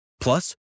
Plus